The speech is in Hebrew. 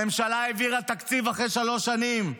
הממשלה העבירה תקציב אחרי שלוש שנים,